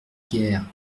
guerre